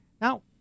Now